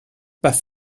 pas